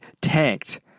Tanked